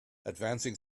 advancing